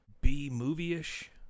B-movie-ish